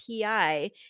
PI